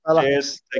cheers